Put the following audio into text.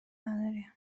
نداری